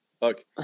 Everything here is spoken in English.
Look